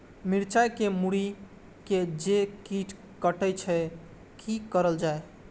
मिरचाय के मुरी के जे कीट कटे छे की करल जाय?